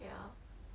ya